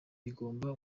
bigomba